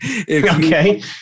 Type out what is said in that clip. Okay